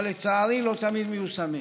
אבל לצערי, לא תמיד הם מיושמים.